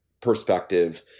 perspective